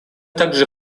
также